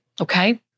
okay